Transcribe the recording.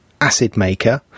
AcidMaker